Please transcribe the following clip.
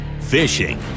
fishing